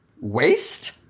Waste